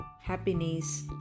happiness